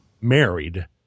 married